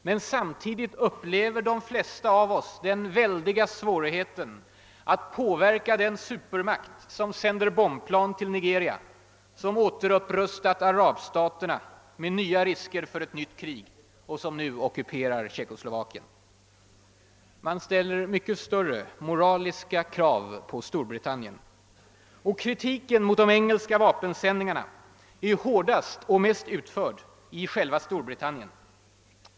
Men samtidigt upplever de flesta av oss den väldiga svårigheten att påverka den supermakt som sänder bombplan till Nigeria, som återupprustat arabstaterna med nya risker för ett nytt krig och som nu ockuperar Tjeckoslovakien. Man ställer mycket större moraliska krav på Storbritannien. Och kritiken mot de engelska vapensändningarna är hårdast och mest utförd i själva Storbritannien.